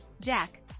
Jack